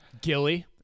gilly